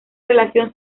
relación